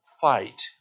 fight